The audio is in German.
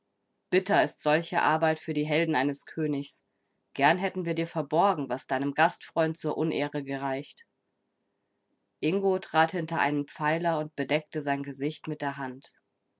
bitter ist solche arbeit für die helden eines königs gern hätten wir dir verborgen was deinem gastfreund zur unehre gereicht ingo trat hinter einen pfeiler und bedeckte sein gesicht mit der hand